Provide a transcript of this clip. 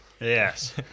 Yes